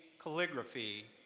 calligraphy,